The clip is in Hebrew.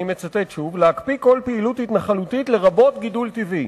אני מצטט שוב: להקפיא כל פעילות התנחלותית לרבות גידול טבעי.